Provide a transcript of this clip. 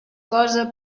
cosa